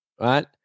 right